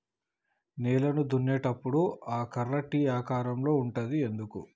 నేలను దున్నేటప్పుడు ఆ కర్ర టీ ఆకారం లో ఉంటది ఎందుకు?